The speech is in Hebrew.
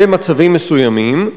במצבים מסוימים.